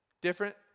Different